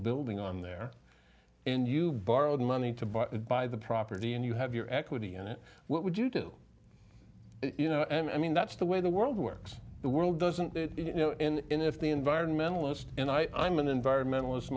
building on there and you borrowed money to buy it buy the property and you have your equity in it what would you do you know and i mean that's the way the world works the world doesn't it you know in in if the environmentalist and i'm an environmentalist